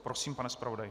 Prosím, pane zpravodaji.